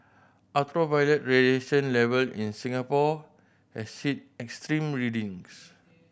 ultraviolet radiation level in Singapore has hit extreme readings